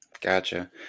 Gotcha